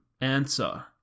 answer